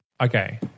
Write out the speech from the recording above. Okay